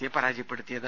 സിയെ പരാജയപ്പെടുത്തിയത്